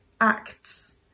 acts